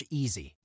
easy